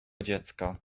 dziecka